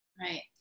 Right